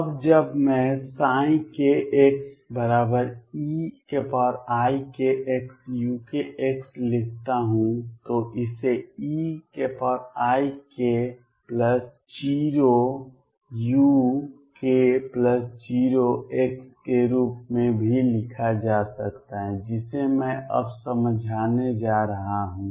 अब जब मैं kxeikxuk लिखता हूं तो इसे eikuk के रूप में भी लिखा जा सकता है जिसे मैं अब समझाने जा रहा हूं